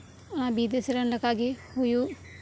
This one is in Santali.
ᱵᱤᱫᱮᱥᱨᱮᱱ ᱞᱮᱠᱟᱜᱤ ᱦᱩᱭᱩᱜ